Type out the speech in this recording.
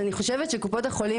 אני חושבת שקופות החולים,